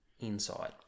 inside